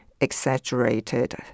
exaggerated